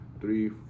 three